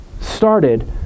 started